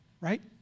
right